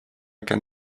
can